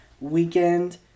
weekend